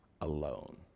alone